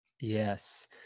Yes